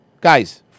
Guys